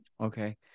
Okay